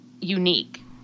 unique